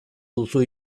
duzu